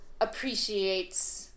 appreciates